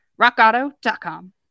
Rockauto.com